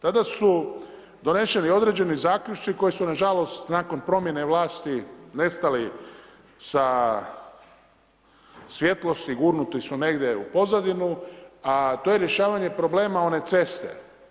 Tada su doneseni određeni zaključci, koji su nažalost, nakon promjene vlasti nestali sa svjetlosti i gurnuti su negdje u pozadinu, a to je rješavanje problema one ceste.